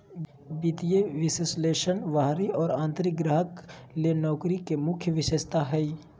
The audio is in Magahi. वित्तीय विश्लेषक बाहरी और आंतरिक ग्राहक ले नौकरी के मुख्य विशेषता हइ